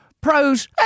pros